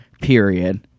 Period